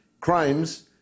crimes